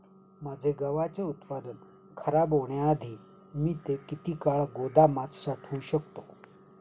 माझे गव्हाचे उत्पादन खराब होण्याआधी मी ते किती काळ गोदामात साठवू शकतो?